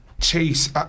Chase